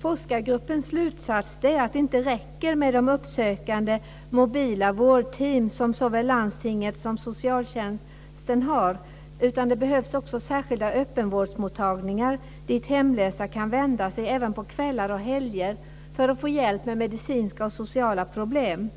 Forskargruppens slutsats är att det inte räcker med de uppsökande mobila vårdteam som såväl landstinget som socialtjänsten har. Det behövs också särskilda öppenvårdsmottagningar dit hemlösa kan vända sig även på kvällar och helger för att få hjälp med medicinska och sociala problem.